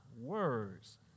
words